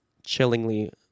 chillingly